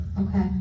Okay